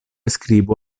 skribu